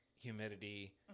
humidity